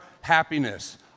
happiness